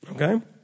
Okay